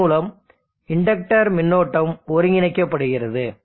அதன் மூலம் இண்டக்டர் மின்னோட்டம் ஒருங்கிணைக்கப்படுகிறது